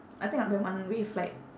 I think like that one way flight